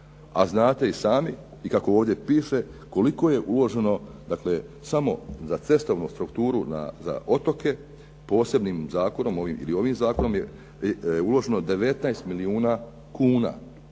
A znate i sami i kako ovdje piše, koliko je uloženo, dakle, samo za cestovnu strukturu za otoke posebnim zakonom, ovim ili onim zakonom je uloženo 19 milijuna kuna.